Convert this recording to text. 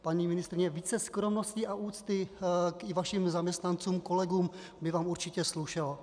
Paní ministryně, více skromnosti a úcty i k vašim zaměstnancům, kolegům, by vám určitě slušelo.